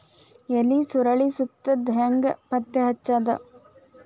ಎಲಿ ಸುರಳಿ ಸುತ್ತಿದ್ ಹೆಂಗ್ ಪತ್ತೆ ಹಚ್ಚದ?